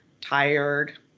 tired